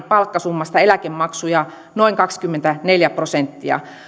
palkkasummasta eläkemaksuja keskimäärin noin kaksikymmentäneljä prosenttia